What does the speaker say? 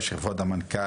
היו"ר, כבוד המנכ"ל.